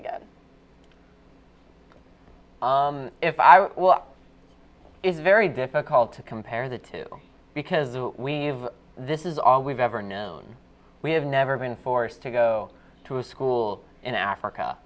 again if i will is very difficult to compare the two because we've this is all we've ever known we have never been forced to go to a school in africa